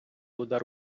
удар